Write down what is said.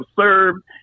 served